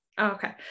Okay